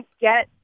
get